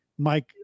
Mike